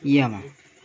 Yamaha